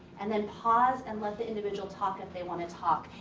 and then pause and let the individual talk if they wanna talk.